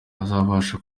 azabasha